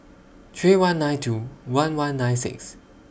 three one nine two one one nine six